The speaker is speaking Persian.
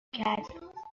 کرد